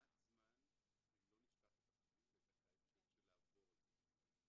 זה מעט זמן אם לא נשכח את החגים ואת הקיץ בשביל לעבור על זה בכלל.